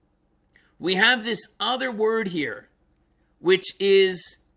we have this other word here which is